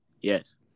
Yes